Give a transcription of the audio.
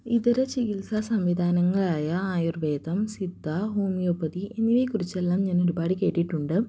ഇതര ചികിത്സ സംവിധാനങ്ങളായ ആയുർവേദം സിദ്ധ ഹോമിയോ പതി എന്നിവയെക്കുറിച്ചെല്ലാം ഞാനൊരുപാട് കേട്ടിട്ടുണ്ട്